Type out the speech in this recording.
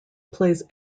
plays